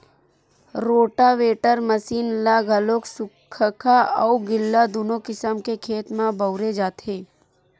rotavator machine ल घलो सुख्खा अउ गिल्ला दूनो किसम के खेत म बउरे जाथे